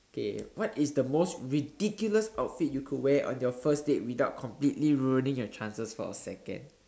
K what is the most ridiculous outfit you could wear on your first date without completely ruining your chances for a second